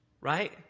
Right